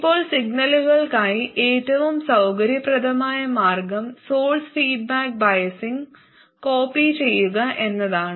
ഇപ്പോൾ സിഗ്നലുകൾക്കായി ഏറ്റവും സൌകര്യപ്രദമായ മാർഗം സോഴ്സ് ഫീഡ്ബാക്ക് ബയസിംഗ് കോപ്പി ചെയ്യുക എന്നതാണ്